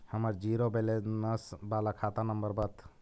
हमर zero balance बाला खाता नम्बर बत?